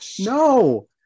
No